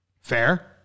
Fair